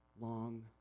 long